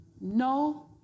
no